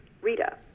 Rita